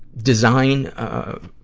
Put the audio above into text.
design, ah,